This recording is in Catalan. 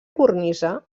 cornisa